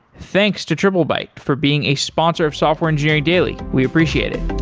thanks to triplebyte for being a sponsor of software engineering daily. we appreciate it